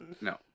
No